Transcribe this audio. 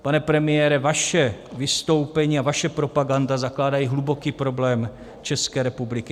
Pane premiére, vaše vystoupení a vaše propaganda zakládají hluboký problém České republiky.